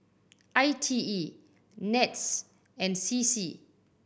I T E NETS and C C